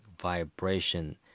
vibration